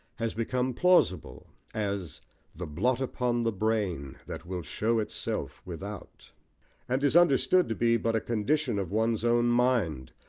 has become plausible, as the blot upon the brain, that will show itself without and is understood to be but a condition of one's own mind,